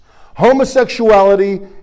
Homosexuality